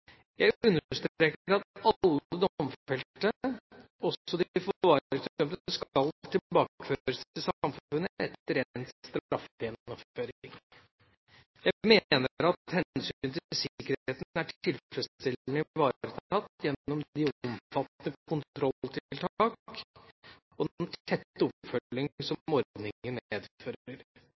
Jeg understreker at alle domfelte, også de forvaringsdømte, skal tilbakeføres til samfunnet etter endt straffegjennomføring. Jeg mener at hensynet til sikkerheten er tilfredsstillende ivaretatt gjennom de omfattende kontrolltiltak og den tette oppfølging som ordningen